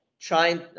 trying